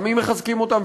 גם אם מחזקים אותם,